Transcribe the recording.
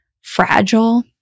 fragile